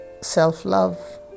self-love